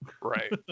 Right